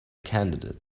candidates